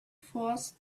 force